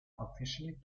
officially